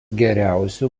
geriausių